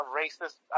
racist